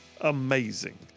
amazing